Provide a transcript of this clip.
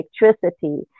electricity